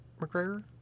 McGregor